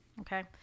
Okay